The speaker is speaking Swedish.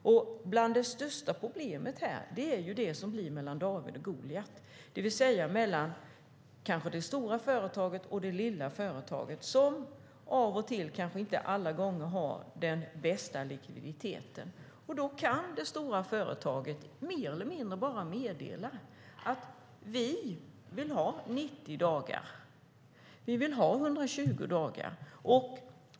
Ett av de största problemen här är det mellan David och Goliat, det vill säga mellan det stora företaget och det lilla företaget som kanske inte alla gånger har den bästa likviditeten. Då kan det stora företaget mer eller mindre bara meddela att det vill ha 90 eller 120 dagar.